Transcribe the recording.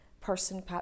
person